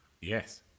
yes